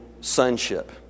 sonship